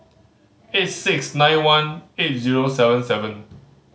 eight six nine one eight zero seven seven